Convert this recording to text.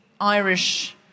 Irish